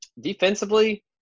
Defensively